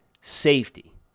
safety